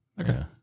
Okay